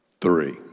three